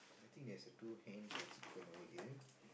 I think there's a two hens or chicken over here